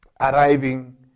arriving